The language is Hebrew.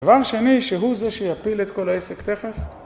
דבר שני, שהוא זה שיפיל את כל העסק תכף